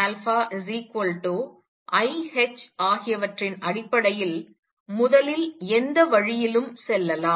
α Cnn α ih ஆகியவற்றின் அடிப்படையில் முதலில் எந்த வழியிலும் செல்லலாம்